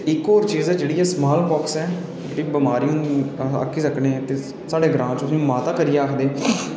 ते इक्को चीज़ ऐ जेह्ड़ी की स्माल पाक्स ऐ एह् बमारी होंदी अस आक्खी सकने कि साढ़े ग्रांऽ च उसी माता करियै आखदे